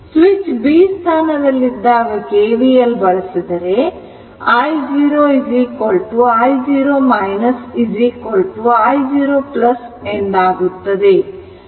switch B ಸ್ಥಾನದಲ್ಲಿದ್ದಾಗ KVL ಬಳಸಿದರೆ i0 i0 i0 ಎಂದಾಗುತ್ತದೆ